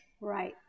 Right